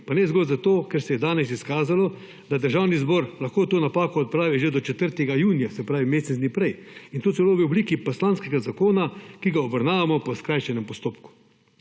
pa ne zgolj zato, ker se je danes izkazalo, da državni zbor lahko to napako odpravi že 4. junija, se pravi mesec dni prej, in to celo v obliki poslanskega zakona, ki ga obravnavamo po skrajšanem postopku,